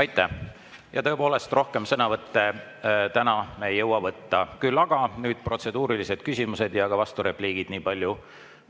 Aitäh! Ja tõepoolest, rohkem sõnavõtte täna me ei jõua võtta, küll aga nüüd protseduurilised küsimused ja vasturepliigid, nii palju